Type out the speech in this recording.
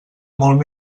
molt